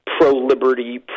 pro-liberty